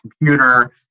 computer